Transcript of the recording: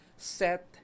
Set